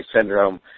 Syndrome